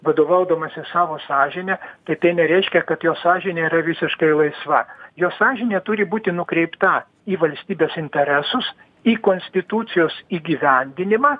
vadovaudamasis savo sąžine tai tai nereiškia kad jo sąžinė yra visiškai laisva jo sąžinė turi būti nukreipta į valstybės interesus į konstitucijos įgyvendinimą